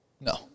No